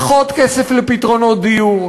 פחות כסף לפתרונות דיור,